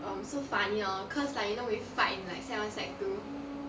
um so funny lor cause like you know we fight in sec one sec two